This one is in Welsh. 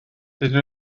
dydyn